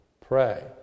Pray